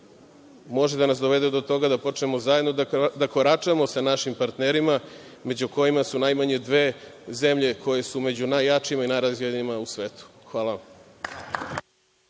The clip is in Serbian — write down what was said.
može da nas dovede do toga da počnemo zajedno da koračamo sa našim partnerima, među kojima su najmanje dve zemlje koje su među najjačim i najrazvijenijim u svetu. Hvala